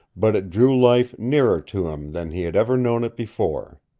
but it drew life nearer to him than he had ever known it before.